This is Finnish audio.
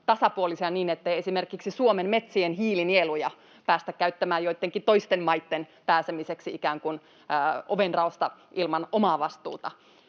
niin, ettei esimerkiksi Suomen metsien hiilinieluja päästä käyttämään joittenkin toisten maitten pääsemiseksi ikään kuin ovenraosta ilman omaa vastuuta.